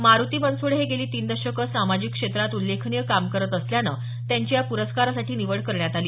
मारुती बनसोडे हे गेली तीन दशकं सामाजिक क्षेत्रात उल्लेखनीय काम करत असल्यानं त्यांची या प्रस्कारासाठी निवड करण्यात आली